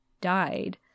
died